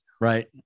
Right